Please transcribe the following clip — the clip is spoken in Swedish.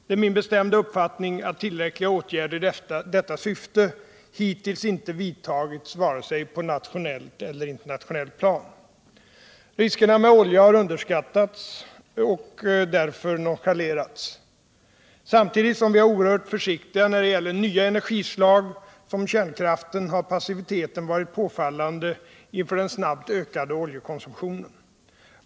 Det är min bestämda uppfattning att tillräckliga åtgärder i detta syfte hittills inte vidtagits vare sig på nationellt eller internationellt plan. Riskerna med oljan har underskattats och därför nonchalerats. Samtidigt som vi är oerhört försiktiga när det gäller nya energislag som kärnkraften har passiviteten varit påfallande inför den snabbt ökade oljekonsumtionen.